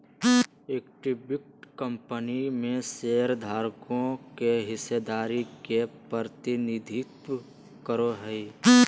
equity company में शेयरधारकों के हिस्सेदारी के प्रतिनिधित्व करो हइ